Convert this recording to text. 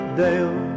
dale